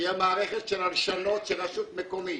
שתהיה מערכת של הלשנות של רשות מקומית,